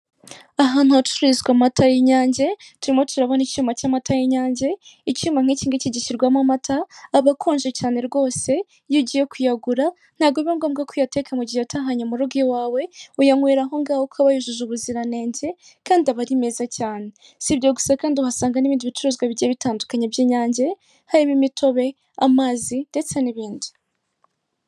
Ahantu hacururizwa amata y'inyange, turimo turabona icyuma cy'amata y'inyange, icyuma nk'ikingiki gishyirwamo amata, agakonja cyane rwose, iyo ugiye kuyagura ntabwo biba ngombwa ko uyatekamu gihe uyatahanye mu rugo i wawe, wayanywera ahongaho kuko aba yujuje ubuziranenge, kandi aba ari meza cyane, sibyo gusa kandi uhasanga n'ibindi bicuruzwa by'inyange, harimo imitobe, amazi, ndetse n'ibindi.